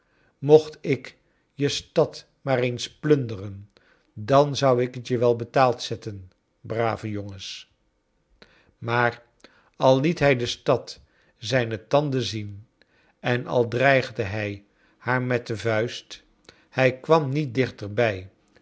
iviocht ik je stad maar eens plunderen dan zou ik het je wel betaald zetten brave jongens maar al liet hij de stad zijne tanden zien en al dreigde hij haar met de vuist zij kwam niet dichterbij